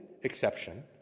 exception